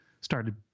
started